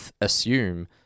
assume